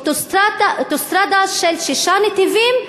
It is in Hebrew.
אוטוסטרדה של שישה נתיבים,